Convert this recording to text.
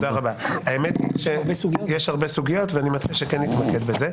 האמת שיש הרבה סוגיות, ואני מציע שכן נתמקד בזה.